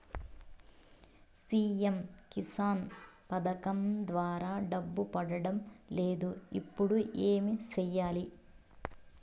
CM Kisan పథకం ద్వారా డబ్బు పడడం లేదు ఇప్పుడు ఏమి సేయాలి